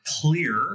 clear